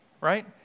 right